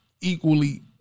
equally